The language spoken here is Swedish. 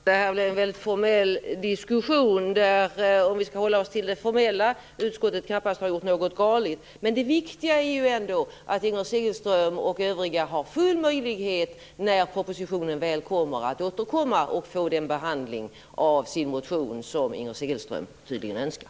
Herr talman! Det här blir en väldigt formell diskussion, och om vi håller oss till det formella har utskottet knappast gjort något galet. Det viktiga är ju ändå att Inger Segelström och övriga har full möjlighet att återkomma när propositionen väl kommer och få den behandling av sin motion som de tydligen önskar.